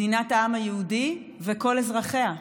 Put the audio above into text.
מדינת העם היהודי וכל אזרחיה.